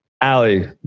Allie